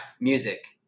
music